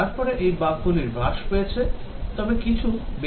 তারপরে এই বাগগুলি হ্রাস পেয়েছে তবে কিছু বেঁচে গেছে